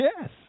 Yes